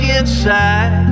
inside